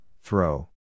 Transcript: throw